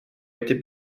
été